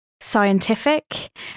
scientific